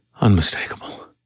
Unmistakable